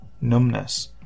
numbness